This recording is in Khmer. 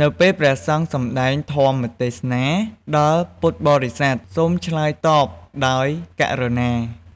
នៅពេលព្រះសង្ឃសំដែងធម្មទេសនាដល់ពុទ្ធបរិស័ទ សូមឆ្លើយតបដោយ ករុណា